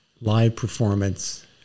live-performance